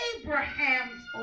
Abraham's